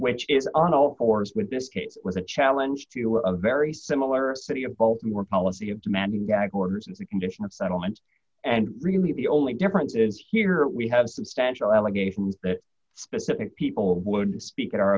which is on all fours with this case with a challenge to a very similar city of baltimore policy of demanding gag orders and the condition of settlements and really the only difference is here we have substantial allegations that specific people would speak at our